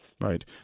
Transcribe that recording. Right